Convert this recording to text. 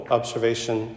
observation